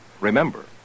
Remember